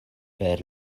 per